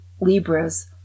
Libras